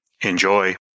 Enjoy